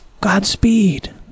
Godspeed